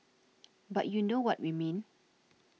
but you know what we mean